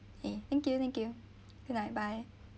okay thank you thank you good night bye